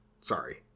sorry